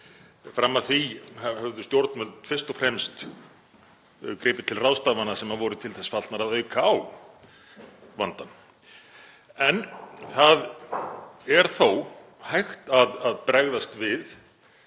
Fram að því höfðu stjórnvöld fyrst og fremst gripið til ráðstafana sem voru til þess fallnar að auka á vandann. En það er þó hægt að bregðast við